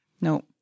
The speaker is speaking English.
no